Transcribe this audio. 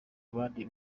abandi